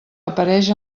apareix